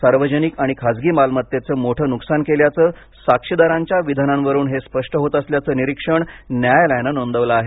सार्वजनिक आणि खाजगी मालमत्तेचे मोठे नुकसान केल्याचं साक्षीदारांच्या विधानांवरून हे स्पष्ट होत असल्याचं निरीक्षण न्यायालयाने नोंदवलं आहे